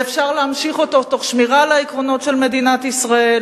ואפשר להמשיך אותו תוך שמירה על העקרונות של מדינת ישראל.